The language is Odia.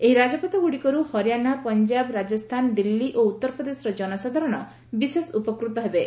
ଏହି ରାଜପଥଗୁଡ଼ିକରୁ ହରିଆଣା ପଞ୍ଜାବ ରାଜସ୍ଥାନ ଦିଲ୍ଲୀ ଓ ଉତ୍ତରପ୍ରଦେଶର ଜନସାଧାରଣ ବିଶେଷ ଉପକୃତ ହେବେ